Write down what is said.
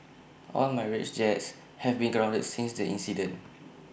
all Mirage jets have been grounded since the incident